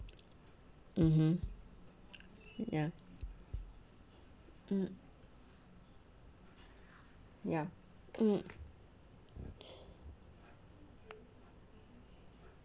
mmhmm ya mm ya mm